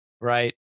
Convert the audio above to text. right